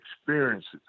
experiences